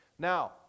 Now